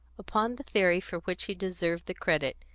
upon the theory, for which he deserved the credit,